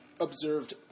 observed